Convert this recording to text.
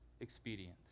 expedient